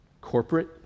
Corporate